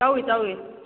ꯇꯧꯔꯤ ꯇꯧꯔꯤ